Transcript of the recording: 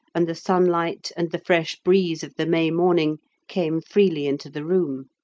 and the sunlight and the fresh breeze of the may morning came freely into the room.